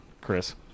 Chris